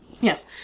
Yes